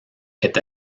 est